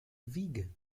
vegan